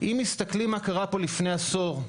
אם מסתכלים מה קרה פה לפני עשור,